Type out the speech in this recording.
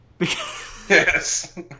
Yes